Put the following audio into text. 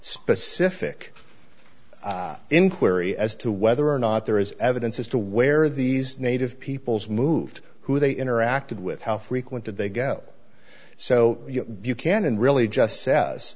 specific inquiry as to whether or not there is evidence as to where these native peoples moved who they interacted with how frequent did they go so buchanan really just says